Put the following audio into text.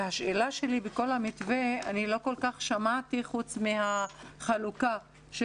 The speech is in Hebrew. בכל המתווה לא כל כך שמעתי חוץ מהחלוקה של